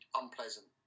unpleasant